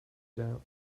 der